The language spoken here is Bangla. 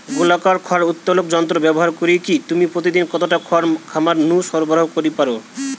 গোলাকার খড় উত্তোলক যন্ত্র ব্যবহার করিকি তুমি প্রতিদিন কতটা খড় খামার নু সরবরাহ করি পার?